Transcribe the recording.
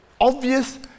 obvious